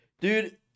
Dude